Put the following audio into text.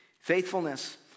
Faithfulness